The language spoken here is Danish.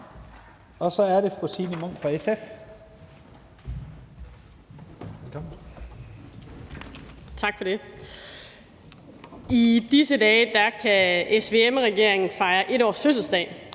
11:47 (Ordfører) Signe Munk (SF): Tak for det. I disse dage kan SVM-regeringen fejre 1-årsfødselsdag,